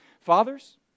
Fathers